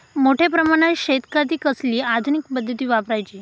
मोठ्या प्रमानात शेतिखाती कसली आधूनिक पद्धत वापराची?